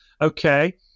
Okay